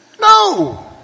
No